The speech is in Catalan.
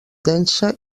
densa